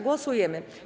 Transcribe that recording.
Głosujemy.